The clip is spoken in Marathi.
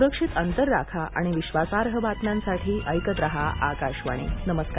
सुरक्षित अंतर राखा आणि विश्वासार्ह बातम्यांसाठी ऐकत राहा आकाशवाणी नमस्कार